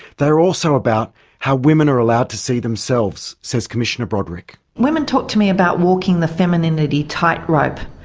they are also about how women are allowed to see themselves, says commissioner broderick. women talk to me about walking the femininity tight-rope.